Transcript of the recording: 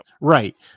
right